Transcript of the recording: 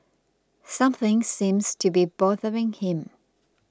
something seems to be bothering him